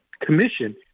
commission